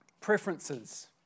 preferences